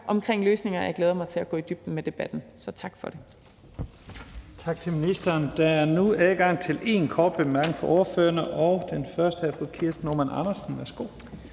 omkring løsninger, og jeg glæder mig til at gå i dybden med debatten. Så tak for den.